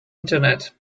internet